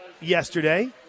yesterday